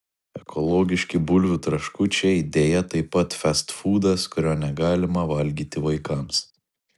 ekologiški bulvių traškučiai deja taip pat festfūdas kurio negalima valgyti vaikams